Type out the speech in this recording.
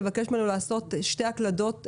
לבקש ממנו לעשות שתי הקלדות שונות?